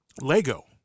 Lego